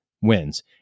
wins